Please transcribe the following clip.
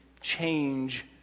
change